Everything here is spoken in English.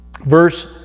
verse